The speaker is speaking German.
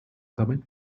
damit